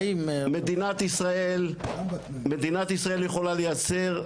מדינת ישראל יכולה לייצר,